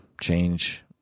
change